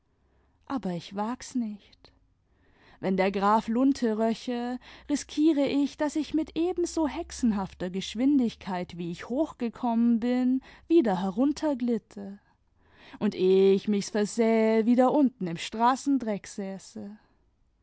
aber ich wag's nicht wenn der graf lunte röche riskiere ich daß ich mit ebenso hexenhafter geschwindigkeit wie ich hoch gekommen bin wieder herunter glitte und ehe ich mich's versähe wieder unten im straßendreck